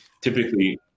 Typically